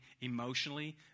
emotionally